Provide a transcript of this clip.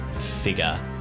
figure